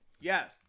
Yes